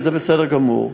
וזה בסדר גמור,